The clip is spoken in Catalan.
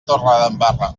torredembarra